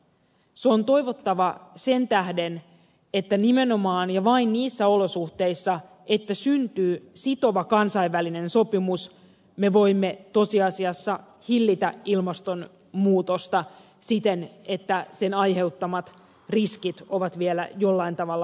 se on toivottava sen tähden että nimenomaan ja vain niissä olosuhteissa että syntyy sitova kansainvälinen sopimus me voimme tosiasiassa hillitä ilmastonmuutosta siten että sen aiheuttamat riskit ovat vielä jollain tavalla hallittavissa